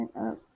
up